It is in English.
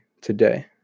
today